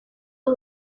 w’u